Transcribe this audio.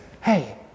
Hey